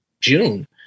June